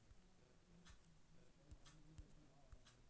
दमाहि बहुते काम मिल होतो इधर?